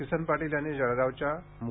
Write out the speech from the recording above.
किसन पाटील यांनी जळगावच्या मू